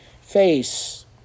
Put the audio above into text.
face